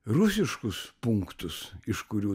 rusiškus punktus iš kurių